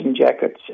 jackets